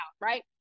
right